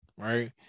right